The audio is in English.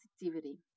positivity